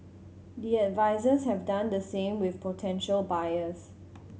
the advisers have done the same with potential buyers